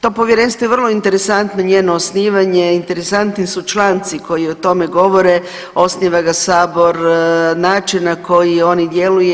To povjerenstvo je vrlo interesantno njeno osnivanje, interesantni su članci koji o tome govore, osniva ga Sabor, način na koji on djeluje.